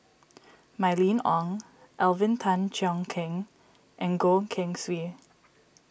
Mylene Ong Alvin Tan Cheong Kheng and Goh Keng Swee